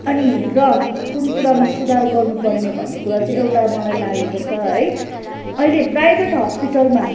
अनि र कुन कुरामा सुधार गर्नु पर्ने भन्ने कुरा चाहिँ एउटा मलाई लागेको छ है अहिले प्राइभेट हस्पिटलमा